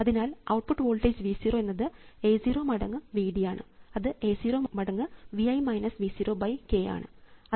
അതിനാൽ output voltage V 0 എന്നത് A 0 മടങ്ങ് V d ആണ് അത് A 0 മടങ്ങ് k ആണ്